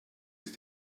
ist